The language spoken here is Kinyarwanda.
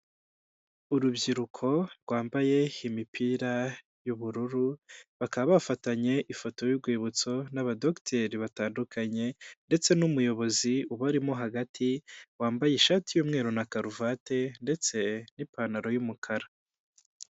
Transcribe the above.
Urubyiruko rwambaye imipira y'ubururu, bakaba bafatanye ifoto y'urwibutso n'abadogiteri batandukanye ndetse n'umuyobozi ubarimo hagati, wambaye ishati y'umweru na karuvati ndetse n'ipantaro y'umukara.